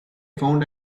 found